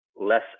less